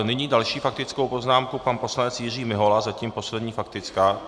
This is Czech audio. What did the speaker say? Nyní další faktickou poznámku pan poslanec Jiří Mihola, zatím poslední faktická.